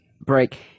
break